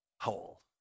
whole